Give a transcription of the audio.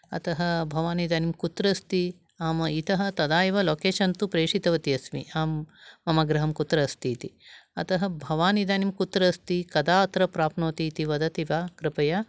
अतः भवानिदानीं कुत्र अस्ति अहं इतः तदा एव लोकेशन् तु प्रेषितवती अस्मि अहं मम गृहं कुत्र अस्ति इति अतः भवान् इदानीं कुत्र अस्ति कदा अत्र प्राप्नोति इति वदति वा कृपया